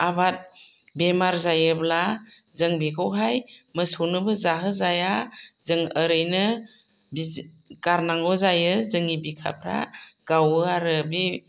आबाद बेमार जायोब्ला जों बेखौहाय मोसौनोबो जाहो जाया जों ओरैनो गारनांगौ जायो जोंनि बिखाफ्रा गावो आरो बि